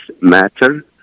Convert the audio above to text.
matter